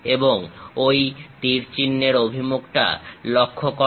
এবং ঐ তীর চিহ্নের অভিমুখটা লক্ষ্য করো